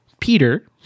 Peter